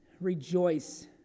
rejoice